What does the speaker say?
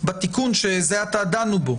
בתיקון שזה עתה דנו בו.